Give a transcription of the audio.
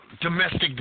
domestic